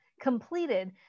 completed